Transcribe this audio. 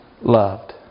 loved